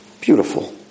Beautiful